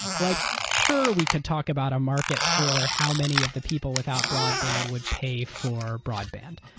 like sure, we could talk about a market for how many of the people without broadband would pay for broadband.